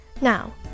Now